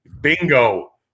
Bingo